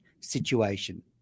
situation